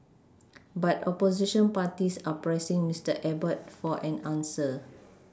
but opposition parties are pressing Miater Abbott for an answer